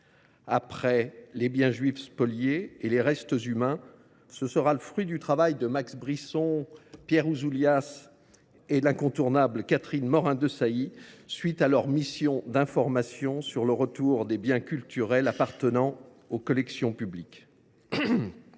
Après les biens juifs spoliés et les restes humains, ce dernier sera le fruit du travail réalisé par Max Brisson, Pierre Ouzoulias et l’incontournable Catherine Morin Desailly à la suite de la mission d’information sur le retour des biens culturels appartenant aux collections publiques.